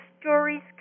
stories